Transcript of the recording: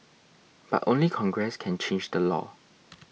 but only Congress can change the law